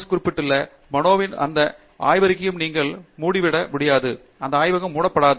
Bose குறிப்பிட்டுள்ள மனோவியின் அந்த ஆய்வறையை நீங்கள் மூடிவிட முடியாது அந்த ஆய்வகம் மூடப்படாது